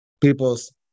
people's